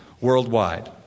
worldwide